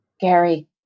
Gary